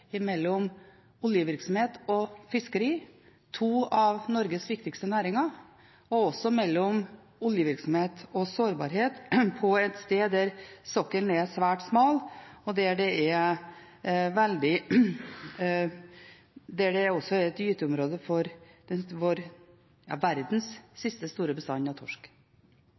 ser mellom oljevirksomhet og fiskeri – to av Norges viktigste næringer – og også mellom oljevirksomhet og sårbarhet på et sted der sokkelen er svært smal, og der det også er et gyteområde for verdens siste store bestand av torsk. Derfor er